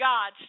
God